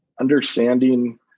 understanding